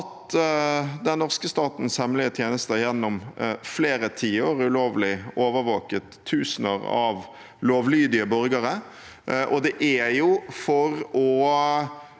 at den norske statens hemmelige tjenester gjennom flere tiår ulovlig overvåket tusener av lovlydige borgere. Det er for å